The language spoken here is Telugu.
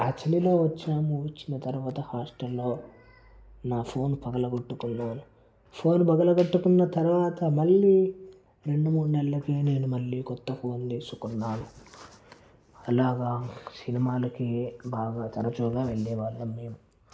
ఆ చలిలో వచ్చాము వచ్చిన తర్వాత హాస్టల్లో నా ఫోన్ పగలు కొట్టుకున్నాను ఫోన్ పగలు కొట్టుకున్న తర్వాత మళ్ళి రెండు మూడు నెలలకే నేను మళ్ళి కొత్త ఫోన్ తీసుకున్నాను అలాగా సినిమాలకే బాగా తరచుగా వెళ్ళే వాళ్ళం మేము